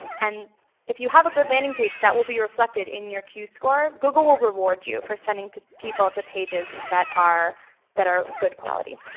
and if you have a good landing page that will be reflected in your q score. google will reward you for sending people to pages that are that are good quality.